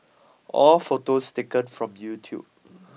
all photos taken from YouTube